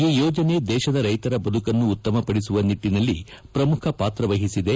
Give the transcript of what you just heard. ಈ ಯೋಜನೆ ದೇಶದ ರೈತರ ಬದುಕನ್ನು ಉತ್ತಮಪದಿಸುವ ನಿಟ್ಟಿನಲ್ಲಿ ಪ್ರಮುಖ ಪಾತ್ರ ವಹಿಸಿದೆ